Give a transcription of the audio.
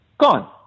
gone